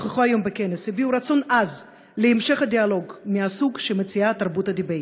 הביעו רצון עז להמשך הדיאלוג מהסוג שמציעה תרבות הדיבייט.